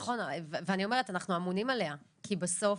נכון ואני אומרת, אנחנו אמונים עליה כי בסוף